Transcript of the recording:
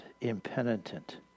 impenitent